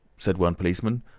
said one policeman,